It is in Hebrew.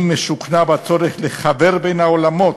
אני משוכנע בצורך לחבר בין העולמות,